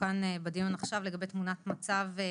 כאן בדיון לגבי תמונת מצב של